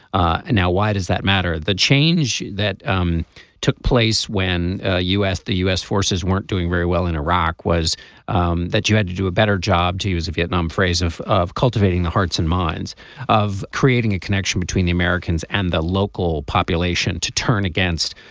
ah now why does that matter. the change that um took place when ah u s. the u s. forces weren't doing very well in iraq was um that you had to do a better job to use a vietnam phrase of of cultivating the hearts and minds of creating a connection between the americans and the local population to turn against.